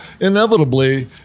inevitably